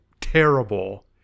terrible